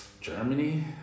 Germany